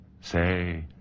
Say